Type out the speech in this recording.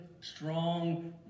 strong